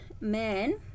man